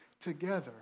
together